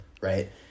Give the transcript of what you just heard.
right